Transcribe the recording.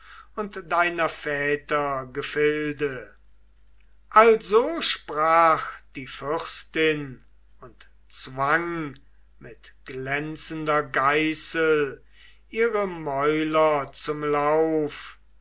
und deiner väter gefilde also sprach die fürstin und zwang mit glänzender geißel ihre mäuler zum lauf